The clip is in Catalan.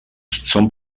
són